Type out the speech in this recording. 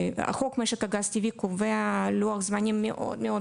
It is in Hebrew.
חוק משג הגז הטבעי קובע לוח זמנים מאוד מאוד